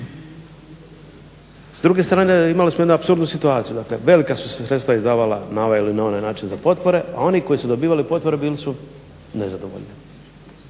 S druge strane imali smo jednu apsurdnu situaciju velika su se sredstva izdavala na ovaj ili na onaj način za potpore, a oni koji su dobivali potpore bili su nezadovoljni.